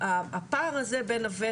הפער הזה בין הוותק.